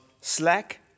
slack